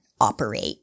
operate